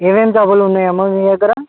ఏమేమి చేపలు ఉన్నాయి అమ్మ మీ దగ్గర